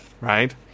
right